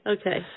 Okay